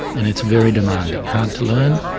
and it's very demanding, hard to learn,